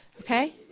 Okay